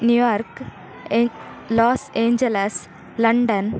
New York ಎ Los Angeles London